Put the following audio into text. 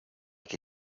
che